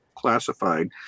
classified